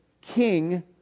King